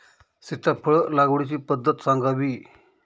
सीताफळ लागवडीची पद्धत सांगावी?